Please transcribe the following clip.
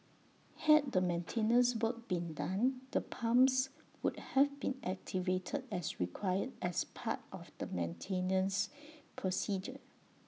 had the maintenance work been done the pumps would have been activated as required as part of the maintenance procedure